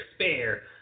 spare